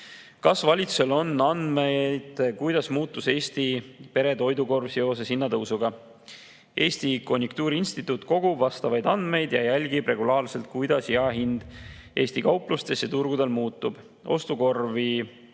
"Kas valitsusel on andmed, kuidas muutus Eesti pere toidukorv seoses hinnatõusuga?" Eesti Konjunktuuriinstituut kogub vastavaid andmeid ja jälgib regulaarselt, kuidas jaehind Eesti kauplustes ja turgudel muutub. Ostukorvi